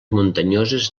muntanyoses